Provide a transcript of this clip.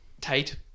tight